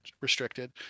restricted